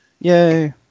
Yay